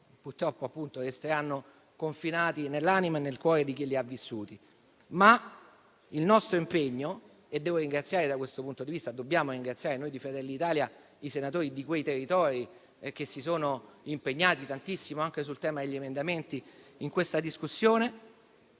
purtroppo, resteranno confinati nell'anima e nel cuore di chi li ha vissuti. Il nostro impegno, però, per il quale devo e dobbiamo ringraziare - noi di Fratelli d'Italia - i senatori di quei territori che si sono impegnati tantissimo anche sul tema degli emendamenti per questa discussione,